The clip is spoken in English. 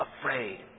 afraid